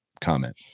comment